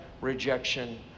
rejection